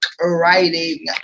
writing